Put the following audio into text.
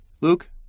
Luke